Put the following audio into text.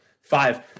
Five